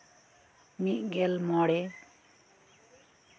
ᱢᱤᱫ ᱜᱮᱞ ᱢᱚᱬᱮ